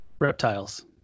Reptiles